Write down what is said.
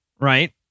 right